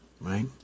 Right